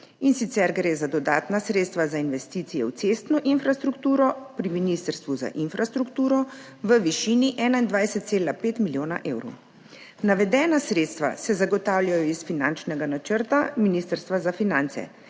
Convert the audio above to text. in sicer gre za dodatna sredstva za investicije v cestno infrastrukturo pri Ministrstvu za infrastrukturo v višini 21,5 milijona evrov. Navedena sredstva se zagotavljajo iz finančnega načrta Ministrstva za finance,